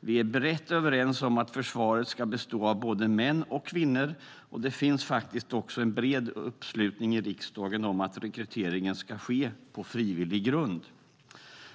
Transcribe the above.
Vi är brett överens om att försvaret ska bestå av både män och kvinnor, och det finns faktiskt en bred uppslutning i riksdagen om att rekryteringen ska ske på frivillig grund.